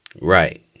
Right